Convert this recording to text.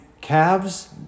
calves